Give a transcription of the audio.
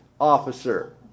officer